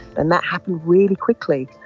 and that happened really quickly.